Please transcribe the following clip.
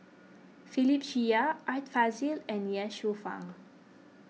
Philip Chia Art Fazil and Ye Shufang